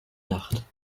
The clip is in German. nacht